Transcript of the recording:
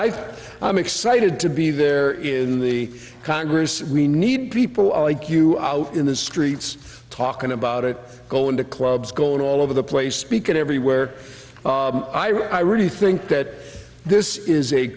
i i'm excited to be there in the congress we need people like you out in the streets talking about it going to clubs going all over the place speaking everywhere i really think that this is a